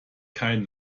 kein